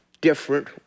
different